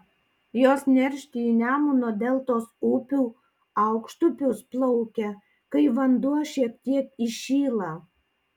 jos neršti į nemuno deltos upių aukštupius plaukia kai vanduo šiek tiek įšyla